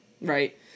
Right